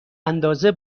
اندازه